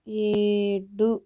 ఏడు